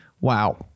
Wow